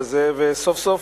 וסוף-סוף